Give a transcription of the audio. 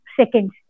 seconds